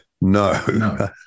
No